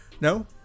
No